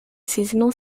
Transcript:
seasonal